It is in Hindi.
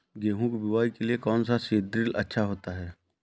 गेहूँ की बुवाई के लिए कौन सा सीद्रिल अच्छा होता है?